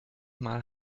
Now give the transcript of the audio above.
mal